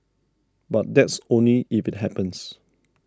but that's only if it happens